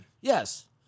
yes